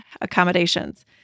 accommodations